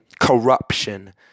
corruption